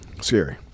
Scary